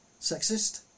Sexist